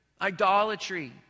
idolatry